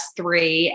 three